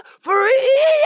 free